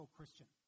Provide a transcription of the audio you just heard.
Christian